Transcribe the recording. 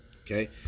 okay